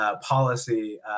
Policy